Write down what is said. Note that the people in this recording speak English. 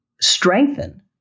strengthen